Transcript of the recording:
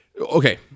okay